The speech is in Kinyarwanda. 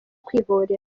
kwihorera